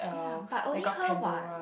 ya but only her what